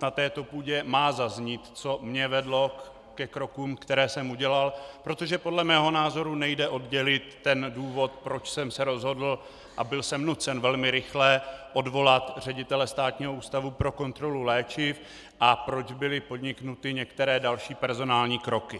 na této půdě má zaznít, co mě vedlo ke krokům, které jsem udělal, protože podle mého názoru nejde oddělit ten důvod, proč jsem se rozhodl a byl jsem nucen velmi rychle odvolat ředitele Státního ústavu pro kontrolu léčiv a proč byly podniknuty některé další personální kroky.